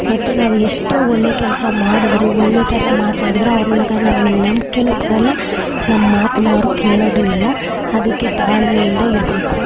ಮತ್ತೆ ನಾವು ಎಷ್ಟೇ ಒಳ್ಳೆ ಕೆಲಸ ಮಾಡಿದರೂ ಒಳ್ಳೆ ಥರ ಮಾತಾಡಿದರೂ ಅವ್ರ ನಗ ನಮ್ಮ ಮೇಲೆ ನಂಬಿಕೆನು ಬರಲ್ಲ ನಮ್ಮ ಮಾತನ್ನ ಅವ್ರು ಕೇಳೋದೂ ಇಲ್ಲ ಅದಕ್ಕೆ ತಾಳ್ಮೆಯಿಂದ ಇರಬೇಕು